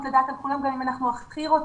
גם אם אנחנו מאוד רוצים.